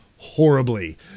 Horribly